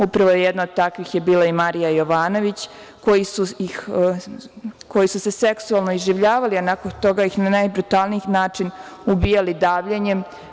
Upravo je jedna od takvih bila i Marija Jovanović, koji su se seksualno iživljavali, a nakon toga ih na najbrutalniji način ubijali davljenjem.